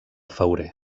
fauré